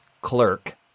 clerk